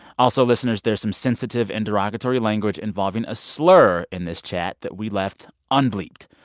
also, listeners, there's some sensitive and derogatory language involving a slur in this chat that we left unbleeped.